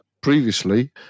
previously